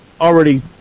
already